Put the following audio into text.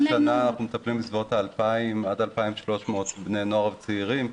בשנה אנחנו מטפלים בסביבות 2,000-2,300 בני נוער צעירים.